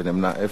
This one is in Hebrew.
ונמנעים,